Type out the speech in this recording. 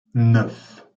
neuf